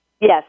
Yes